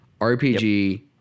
RPG